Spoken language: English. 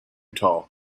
tall